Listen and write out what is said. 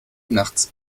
nachts